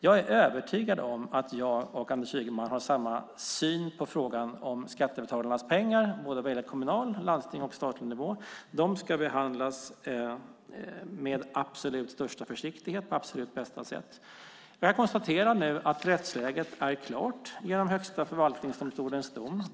Jag är övertygad om att jag och Anders Ygeman har samma syn på frågan om skattebetalarnas pengar vad gäller både kommunal nivå, landstingsnivå och statlig nivå. De ska behandlas med absolut största försiktighet och på absolut bästa sätt. Jag kan konstatera att rättsläget genom Högsta förvaltningsdomstolens dom nu är klart.